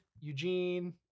Eugene